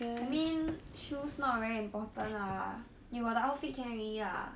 I mean shoes not very important lah you got the outfit can already lah